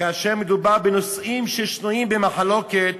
כאשר מדובר בנושאים ששנויים במחלוקת